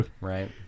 Right